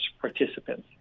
participants